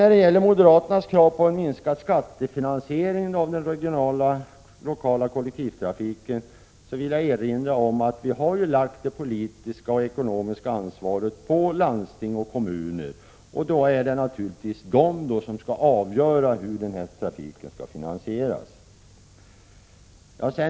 När det gäller moderaternas krav på en minskad skattefinansiering av den regionala lokala kollektivtrafiken vill jag erinra om att vi har lagt det politiska och ekonomiska ansvaret på landsting och kommuner, och då är det de som skall avgöra hur trafiken skall finansieras.